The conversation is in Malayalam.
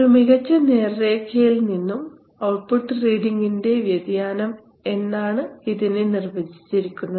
ഒരു മികച്ച നേർരേഖയിൽ നിന്നും ഔട്ട്പുട്ട് റീഡിംഗ്ൻറെ വ്യതിയാനം എന്നാണ് ഇതിനെ നിർവചിച്ചിരിക്കുന്നത്